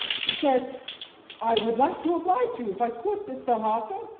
he said i would like to oblige you if i could, mr. harker,